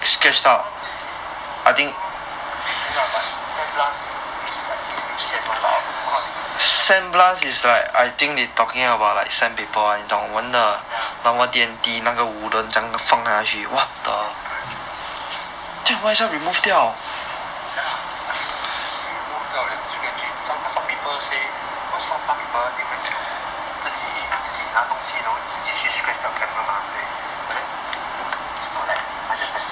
I don't know how they I don't know how they do lah but sand blast means I think they use sand but I also don't know how they gonna sand blast the phone camera ya correct yes correct ya lah I mean you remove 掉 and scratch it somehow some people say well some people they went to 自己自己拿东西 then 自己去 scratch 掉 camera mah but then it's not like hundred percent